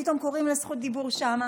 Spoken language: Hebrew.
פתאום קוראים לזכות דיבור שם.